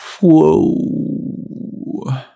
Whoa